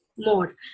more